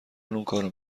اونکارو